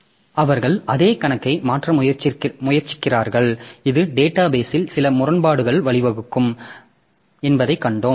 எனவே அவர்கள் அதே கணக்கை மாற்ற முயற்சிக்கிறார்கள் இது டேட்டா பேஸ் இல் சில முரண்பாடுகளுக்கு வழிவகுக்கும் என்பதை கண்டோம்